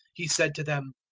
he said to them,